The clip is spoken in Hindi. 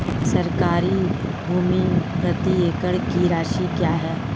सरकारी भूमि प्रति एकड़ की राशि क्या है?